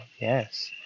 yes